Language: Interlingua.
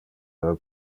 del